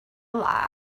lie